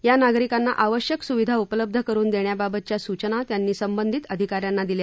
या नागरिकांना आवश्यक सुविधा उपलब्ध करुन देण्याबाबतच्या सूचना त्यांनी संबधित अधिका यांना दिल्या